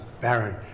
Baron